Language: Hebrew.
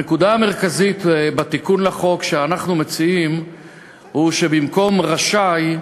הנקודה המרכזית בתיקון לחוק שאנחנו מציעים היא שבמקום "רשאי",